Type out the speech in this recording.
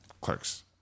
Clerks